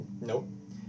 nope